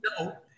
no